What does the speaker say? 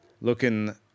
Looking